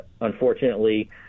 unfortunately